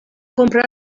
comprar